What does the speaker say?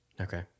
Okay